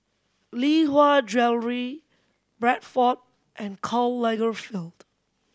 Lee Hwa Jewellery Bradford and Karl Lagerfeld